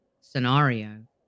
scenario